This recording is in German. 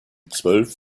zwölf